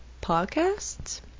Podcasts